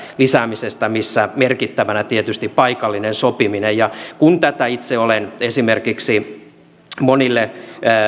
lisäämisestä missä merkittävänä tietysti on paikallinen sopiminen kun tätä itse olen esimerkiksi monille